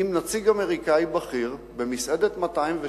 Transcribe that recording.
עם סאיב עריקאת ב"אמריקן קולוני"